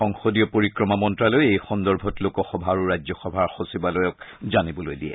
সংসদীয় পৰিক্ৰমা মন্ত্ৰণালয়ে এই সন্দৰ্ভত লোক সভা আৰু ৰাজ্য সভা সচিবালয়ক জানিবলৈ দিয়ে